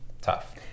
tough